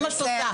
זה מה שאת עושה.